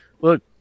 Look